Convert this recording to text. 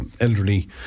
elderly